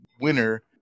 winner